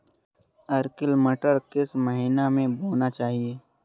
Arkel मटर किस महीना में बोना चाहिए?